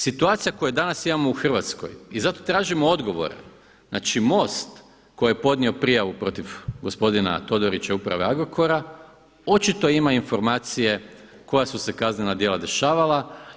Situacija koju danas imamo u Hrvatskoj i zato tražimo odgovore, znači MOST koji je podnio prijavu protiv gospodina Todorića Uprave Agrokora, očito ima informacije koja su se kaznena djela dešavala.